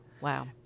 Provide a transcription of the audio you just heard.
Wow